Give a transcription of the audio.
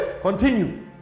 Continue